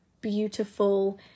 beautiful